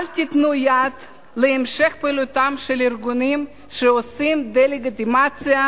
אל תיתנו יד להמשך פעילותם של ארגונים שעושים דה-לגיטימציה